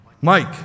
Mike